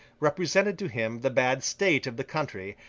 represented to him the bad state of the country,